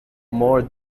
more